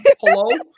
Hello